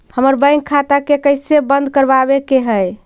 हमर बैंक खाता के कैसे बंद करबाबे के है?